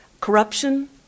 corruption